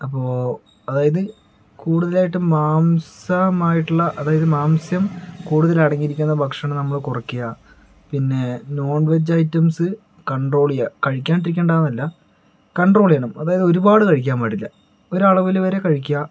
അപ്പോൾ അതായത് കൂടുതലായിട്ടും മാംസമായിട്ടുള്ള അതായത് മാംസ്യം കൂടുതൽ അടങ്ങിയിരിക്കുന്ന ഭക്ഷണം നമ്മൾ കുറയ്ക്കുക പിന്നെ നോൺ വെജ് ഐറ്റംസ് കണ്ട്രോൾ ചെയ്യുക കഴിക്കാണ്ട് ഇരിക്കണ്ട എന്നല്ല കണ്ട്രോൾ ചെയ്യണം അതായത് ഒരുപാട് കഴിക്കാൻ പാടില്ല ഒരു അളവിൽ വരെ കഴിക്കുക